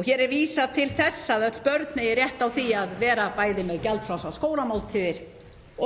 og hér er vísað til þess að öll börn eigi rétt á því að vera bæði með gjaldfrjálsar skólamáltíðir